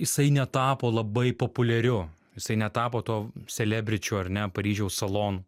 jisai netapo labai populiariu jisai netapo tuo selebričiu ar ne paryžiaus salonų